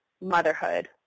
motherhood